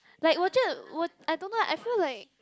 like 我觉得 I don't know I feel like